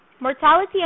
Mortality